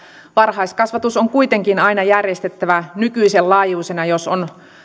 varhaiskasvatus on kuitenkin aina järjestettävä nykyisen laajuisena jos